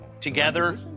Together